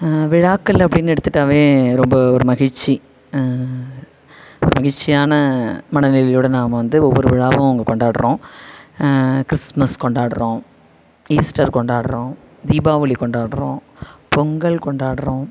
விழாக்கள் அப்படின்னு எடுத்துகிட்டாவே ரொம்ப ஒரு மகிழ்ச்சி ஒரு மகிழ்ச்சியான மனநிலையோடு நாம் வந்து ஒவ்வொரு விழாவும் அங்கே கொண்டாடுறோம் கிறிஸ்மஸ் கொண்டாடுறோம் ஈஸ்டர் கொண்டாடுறோம் தீபாவளி கொண்டாடுறோம் பொங்கல் கொண்டாடுறோம்